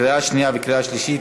קריאה שנייה וקריאה שלישית.